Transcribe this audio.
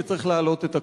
שצריך להעלות את הקול.